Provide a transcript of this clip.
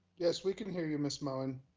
yes, we can hear you, ms. moen.